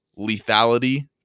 lethality